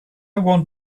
want